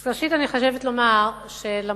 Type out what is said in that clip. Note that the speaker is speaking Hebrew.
אז ראשית, אני מבקשת לומר שלמרות